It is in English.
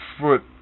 Foot